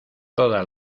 toda